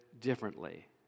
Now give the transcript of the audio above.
differently